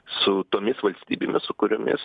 su tomis valstybėmis su kuriomis